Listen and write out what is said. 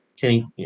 Kenny